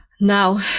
now